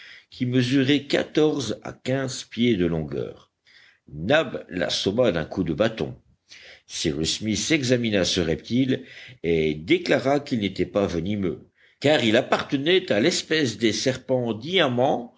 qui mesurait quatorze à quinze pieds de longueur nab l'assomma d'un coup de bâton cyrus smith examina ce reptile et déclara qu'il n'était pas venimeux car il appartenait à l'espèce des